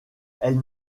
elle